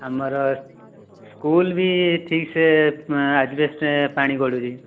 ଆମର ସ୍କୁଲ ବି ଠିକ ସେ ଆଜବେଷ୍ଟ ପାଣି ଗଡ଼ୁଛି